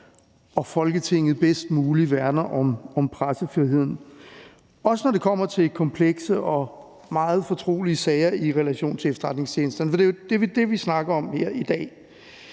og Folketinget bedst muligt værner om pressefriheden, også når det kommer til komplekse og meget fortrolige sager i relation til efterretningstjenesterne. For det er jo det, vi snakker om her i dag.